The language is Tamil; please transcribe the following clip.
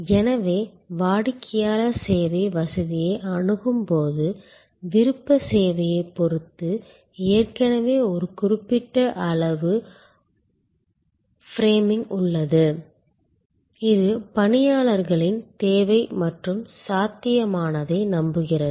எனவே வாடிக்கையாளர் சேவை வசதியை அணுகும் போது விருப்ப சேவையைப் பொறுத்து ஏற்கனவே ஒரு குறிப்பிட்ட அளவு ஃப்ரேமிங் உள்ளது இது பணியாளர்களின் தேவை மற்றும் சாத்தியமானதை நம்புகிறது